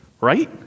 Right